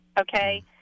Okay